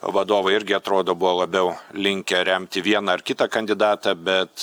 vadovai irgi atrodo buvo labiau linkę remti vieną ar kitą kandidatą bet